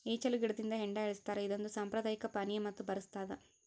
ಈಚಲು ಗಿಡದಿಂದ ಹೆಂಡ ಇಳಿಸ್ತಾರ ಇದೊಂದು ಸಾಂಪ್ರದಾಯಿಕ ಪಾನೀಯ ಮತ್ತು ಬರಸ್ತಾದ